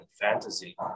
fantasy